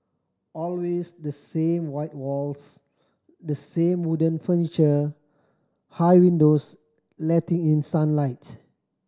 always the same white walls the same wooden furniture high windows letting in sunlight